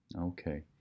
Okay